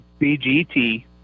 BGT